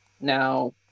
Now